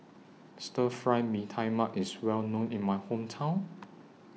Stir Fry Mee Tai Mak IS Well known in My Hometown